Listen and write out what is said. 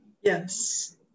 Yes